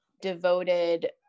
devoted